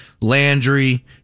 Landry